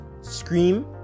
scream